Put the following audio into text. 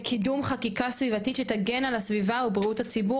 בקידום חקיקה סביבתית שתגן על הסיבה ובריאות הציבור,